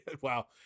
Wow